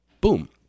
Boom